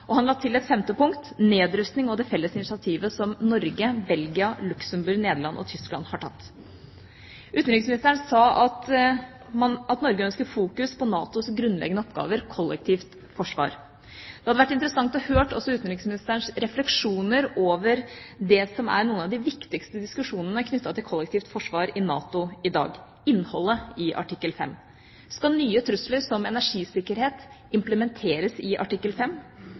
Og han la til et femte punkt, nedrustning, og det felles initiativet som Norge, Belgia, Luxembourg, Nederland og Tyskland har tatt. Utenriksministeren sa at Norge ønsker fokus på NATOs grunnleggende oppgaver, kollektivt forsvar. Det hadde vært interessant å høre også utenriksministerens refleksjoner over det som er noen av de viktigste diskusjonene knyttet til kollektivt forsvar i NATO i dag: innholdet i artikkel 5. Skal nye trusler som energisikkerhet implementeres i artikkel